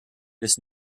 this